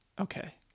okay